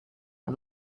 and